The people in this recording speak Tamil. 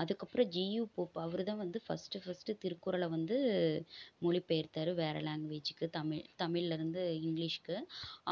அதற்கப்றம் ஜியு போப் அவர் தான் வந்து ஃபர்ஸ்ட்டு ஃபர்ஸ்ட்டு திருக்குறளை வந்து மொழிப் பெயர்த்தார் வேறு லேங்குவேஜிக்கு தமிழ் தமிழ்லருந்து இங்கிலீஷ்க்கு